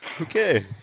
Okay